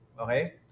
Okay